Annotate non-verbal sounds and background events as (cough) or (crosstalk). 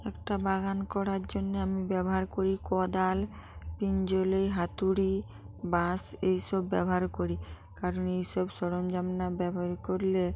একটা বাগান করার জন্যে আমি ব্যবহার করি কোদাল (unintelligible) হাতুড়ি বাঁশ এই সব ব্যবহার করি কারণ এইসব সরঞ্জাম না ব্যবহার করলে